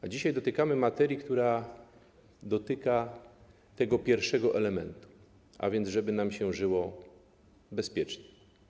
A dzisiaj dotykamy materii, która dotyczy tego pierwszego elementu: żeby nam się żyło bezpiecznie.